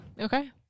okay